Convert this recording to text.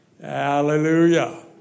Hallelujah